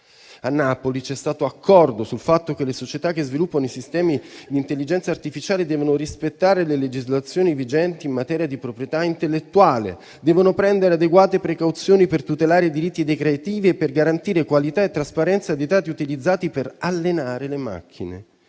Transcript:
A Napoli c'è stato accordo sul fatto che le società che sviluppano i sistemi di intelligenza artificiale devono rispettare le legislazioni vigenti in materia di proprietà intellettuale, prendere adeguate precauzioni per tutelare i diritti dei creativi e garantire qualità e trasparenza dei dati utilizzati per allenare le macchine.